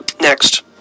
Next